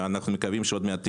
אנחנו מקווים שהיא עוד מעט תיגמר.